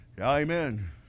Amen